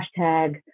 hashtag